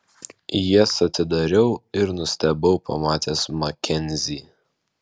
jas atidariau ir nustebau pamatęs makenzį